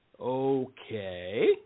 Okay